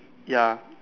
ya